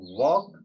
walk